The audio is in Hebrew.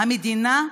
המדינה,